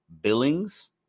Billings